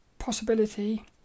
Possibility